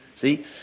See